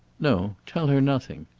no. tell her nothing.